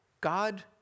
God